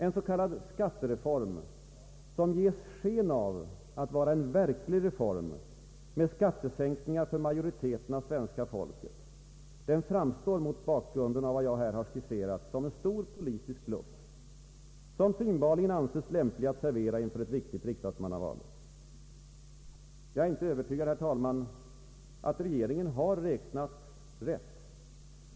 En s.k. skattereform som ges sken av att vara en verklig reform med skattesänkningar för majoriteten av svenska folket framstår mot bakgrund av vad jag här har skisserat som en stor politisk bluff, som synbarligen ansetts lämplig att servera inför ett viktigt riksdagsmannaval. Jag är inte övertygad, herr talman, att regeringen har räknat rätt.